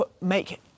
make